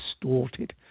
distorted